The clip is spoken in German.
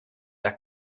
der